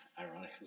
Ironically